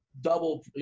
double